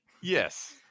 Yes